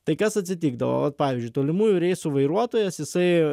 tai kas atsitikdavo vat pavyzdžiui tolimųjų reisų vairuotojas jisai